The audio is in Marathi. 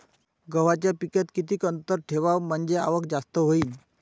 गव्हाच्या पिकात किती अंतर ठेवाव म्हनजे आवक जास्त होईन?